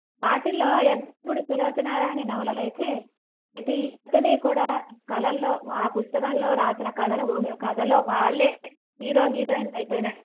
వాటిల్లో యద్దనపూడి సులోచనా రాణి నవలలైతే కూడా కలల్లో ఆ పుస్తకంలో రాసిన కథని ఊ కథలో వాళ్ళే హీరో హీరోయిన్స్ అయపోయినట్టుగా